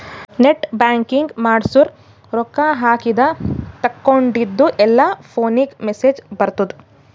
net banking ಮಾಡ್ಸುರ್ ರೊಕ್ಕಾ ಹಾಕಿದ ತೇಕೊಂಡಿದ್ದು ಎಲ್ಲಾ ಫೋನಿಗ್ ಮೆಸೇಜ್ ಬರ್ತುದ್